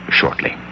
shortly